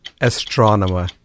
Astronomer